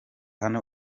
hano